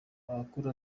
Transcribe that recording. amakuru